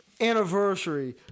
anniversary